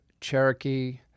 Cherokee